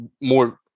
more